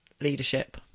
leadership